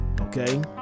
Okay